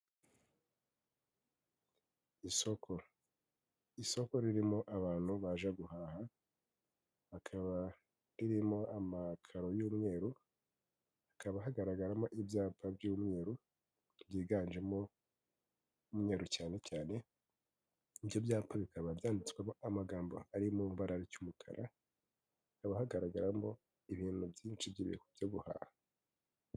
Isoko. Isoko ririmo abantu baje guhaha, akaba ririmo amakaro y'umweru, hakaba hagaragaramo ibyapa by'umweru, byiganjemo imweru cyane cyane, ibyo byapa bikaba byanditswemo amagambo ari mu bara cy'umukara, akaba hagaragaramo ibintu byinshi by'ibintu byo guhaha.